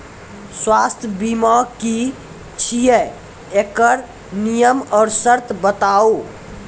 स्वास्थ्य बीमा की छियै? एकरऽ नियम आर सर्त बताऊ?